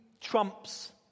trumps